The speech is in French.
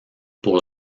pour